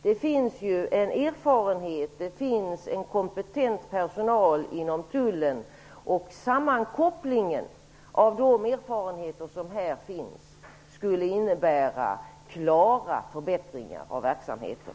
Det finns inom tullen erfarenhet och kompetent personal, och sammankopplingen av de erfarenheter som finns skulle innebära klara förbättringar av verksamheten.